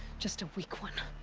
just a weak one.